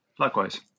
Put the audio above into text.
Likewise